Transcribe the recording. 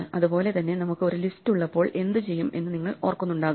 അതുപോലെ തന്നെ നമുക്ക് ഒരു ലിസ്റ്റ് ഉള്ളപ്പോൾ എന്ത് ചെയ്യും എന്ന് നിങ്ങൾ ഓർക്കുന്നുണ്ടാകും